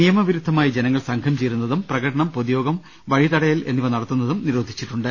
നിയമവിരുദ്ധ മായി ജനങ്ങൾ സംഘം ചേരുന്നതും പ്രകടനം പൊതുയോഗം വഴി തടയൽ എന്നിവ നടത്തുന്നതും നിരോധിച്ചിട്ടുണ്ട്